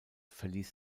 verließ